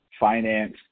finance